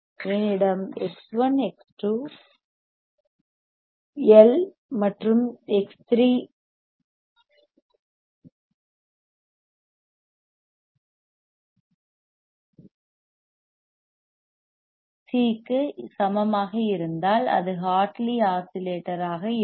என்னிடம் X1 X2 L மற்றும் X3 C க்கு சமமாக இருந்தால் அது ஹார்ட்லி ஆஸிலேட்டராக இருக்கும்